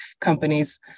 companies